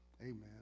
Amen